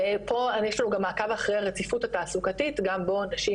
ופה יש גם מעקב אחרי הרציפות התעסוקתית בו הנשים